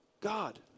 God